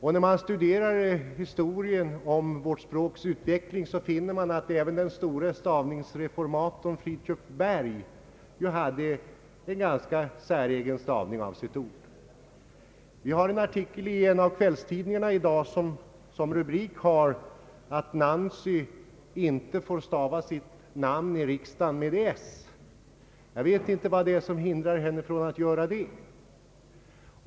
Då man studerar historien om vårt språks ut veckling finner man att även den store stavningsreformatorn Fridtjuv Berg hade en ganska säregen stavning av sitt namn. En av kvällstidningarna i dag har som rubrik att Nancy inte får stava sitt namn med s i riksdagen. Jag vet inte vad som hindrar henne från att göra det.